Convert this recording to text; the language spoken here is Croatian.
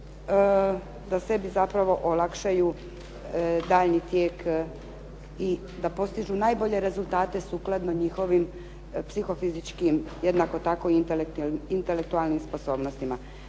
da sebi zapravo olakšaju daljnji tijek i da postižu najbolje rezultate sukladno njihovim psihofizičkim, jednako tako i intelektualnim sposobnostima.